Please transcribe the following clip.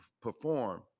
perform